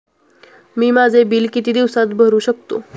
मी माझे बिल किती दिवसांत भरू शकतो?